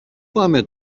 πάμε